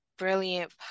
brilliant